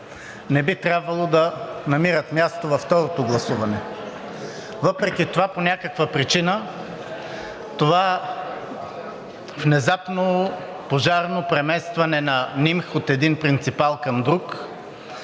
не би трябвало да намират място във второто гласуване. Въпреки това по някаква причина това внезапно, пожарно преместване на НИМХ от един принципал към друг